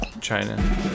China